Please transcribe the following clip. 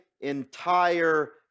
entire